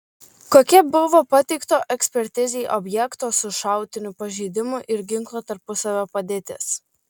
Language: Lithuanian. kokia buvo pateikto ekspertizei objekto su šautiniu pažeidimu ir ginklo tarpusavio padėtis